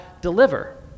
deliver